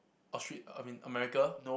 Austra~ I mean America